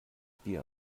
bier